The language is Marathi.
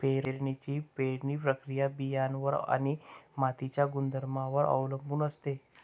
पेरणीची पेरणी प्रक्रिया बियाणांवर आणि मातीच्या गुणधर्मांवर अवलंबून असते